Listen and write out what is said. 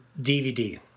DVD